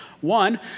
One